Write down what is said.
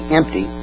empty